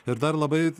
ir dar labai